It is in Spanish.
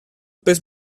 pez